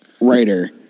writer